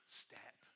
step